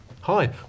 hi